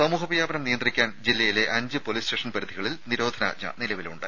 സമൂഹ വ്യാപനം നിയന്ത്രിക്കാൻ ജില്ലയിലെ അഞ്ച് പൊലീസ് സ്റ്റേഷൻ പരിധികളിൽ നിരോധനാജ്ഞ നിലവിലുണ്ട്